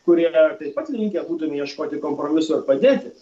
kurie gal taip pat linkę būtų neieškoti kompromisų ar padėti